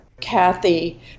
Kathy